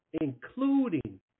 Including